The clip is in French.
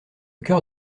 cœur